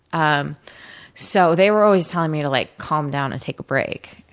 um so, they were always telling me to like calm down and take a break,